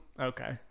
Okay